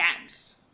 dance